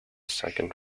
second